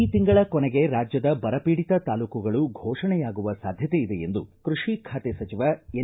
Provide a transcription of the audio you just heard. ಈ ತಿಂಗಳ ಕೊನೆಗೆ ರಾಜ್ಯದ ಬರ ಪೀಡಿತ ತಾಲೂಕುಗಳು ಘೋಷಣೆಯಾಗುವ ಸಾಧ್ಯತೆ ಇದೆ ಎಂದು ಕೃಷಿ ಖಾತೆ ಸಚಿವ ಎನ್